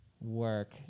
work